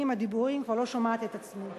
אני עם הדיבורים כבר לא שומעת את עצמי.